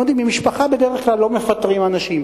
אתם יודעים, במשפחה, בדרך כלל, לא מפטרים אנשים.